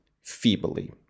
feebly